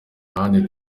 ahandi